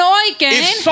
oikein